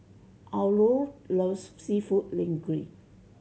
Aurore loves Seafood Linguine